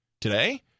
Today